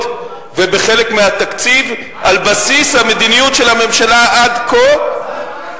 ובחלק מהתקציב על בסיס המדיניות של הממשלה עד כה,